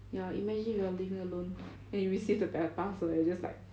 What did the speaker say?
ya imagine you're living alone and you receive the pa~ parcel and just like